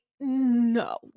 no